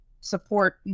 support